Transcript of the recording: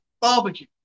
Barbecue